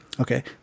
Okay